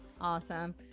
awesome